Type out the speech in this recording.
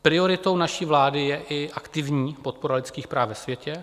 Prioritou naší vlády je i aktivní podpora lidských práv ve světě.